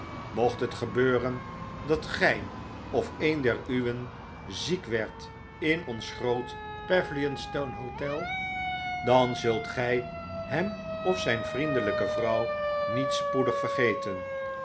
mocht hetgebeuren dat gy of een der uwen ziek werd in ons groot pavilionstone hotel dan zult gy hem of zjn vriendelyke vrouw niet spoedig vergeten